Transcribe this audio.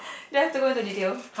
do I have to go into detail